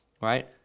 right